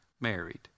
married